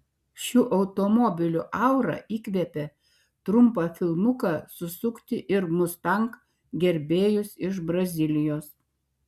šių automobilių aura įkvėpė trumpą filmuką susukti ir mustang gerbėjus iš brazilijos